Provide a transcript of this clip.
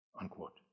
Unquote